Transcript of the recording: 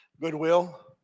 goodwill